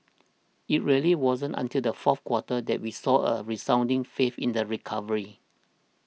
it really wasn't until the fourth quarter that we saw a resounding faith in the recovery